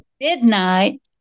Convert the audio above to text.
midnight